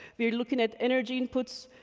we are looking at energy inputs,